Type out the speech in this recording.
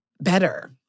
better